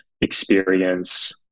experience